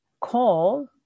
call